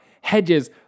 Hedges